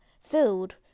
filled